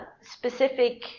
specific